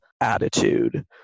attitude